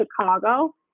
Chicago